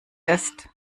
ist